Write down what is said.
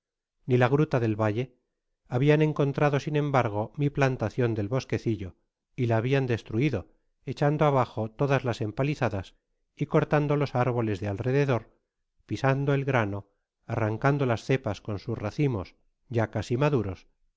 ni la gruta del valle habian encontrado sin embargo mi plantacion del bosquecillo y la habian destruido echando abajo todas las empaliza das y cortando los árboles de alrededor pisando el grano arrancando las cepas con sus racimos ya casi maduros y